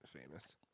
famous